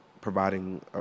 providing